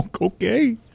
Okay